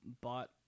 bought